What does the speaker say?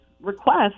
request